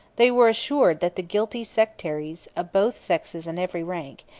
they were assured that the guilty sectaries, of both sexes and every rank,